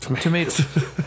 Tomatoes